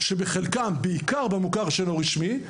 בעיקר במוכר שאינו רשמי,